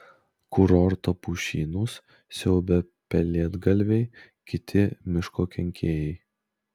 kurorto pušynus siaubia pelėdgalviai kiti miško kenkėjai